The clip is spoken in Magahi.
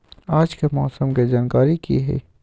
आज के मौसम के जानकारी कि हई?